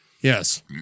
Yes